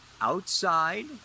outside